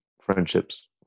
friendships